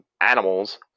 Animals